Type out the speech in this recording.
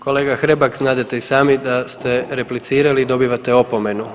Kolega Hrebak znadete i sami da ste replicirali dobivate opomenu.